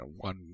one